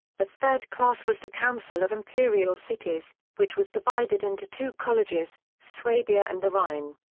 the third class was the council of imperial cities, which was divided into two colleges swabia and the rhine.